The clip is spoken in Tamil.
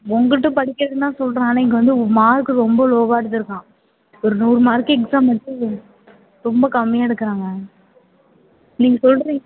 உங்கள்கிட்ட படிக்கிறேன்னு தான் சொல்கிறான் இங்கே வந்து மார்க்கு ரொம்ப லோவாக எடுத்திருக்கான் ஒரு நூறு மார்க்கு எக்ஸாம் வச்சு ரொம்ப கம்மியாக எடுக்கிறாங்க நீங்கள் சொல்கிறீங்க